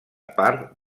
part